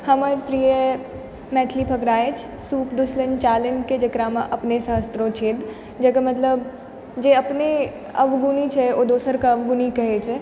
हमर प्रिय मैथिली फकड़ा अछि सूप दुसलैन चालनिकें जेकरामे अपने सहस्त्रो छेद जाहिके मतलब जे अपने अवगुणी छै ओ दोसरके अवगुणी कहै छै